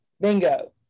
bingo